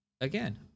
again